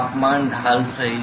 तापमान ढाल सही